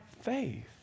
faith